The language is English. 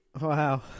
Wow